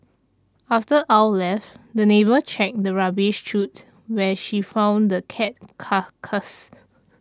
after Ow left the neighbour checked the rubbish chute where she found the cat's carcass